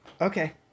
okay